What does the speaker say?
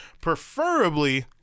Preferably